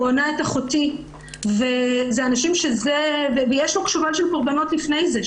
הוא הונה את אחותי ויש לו שורה של קורבנות לפני זה.